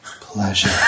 pleasure